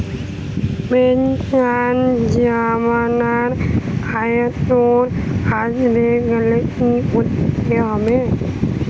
Pension যজোনার আওতায় আসতে গেলে কি করতে হবে?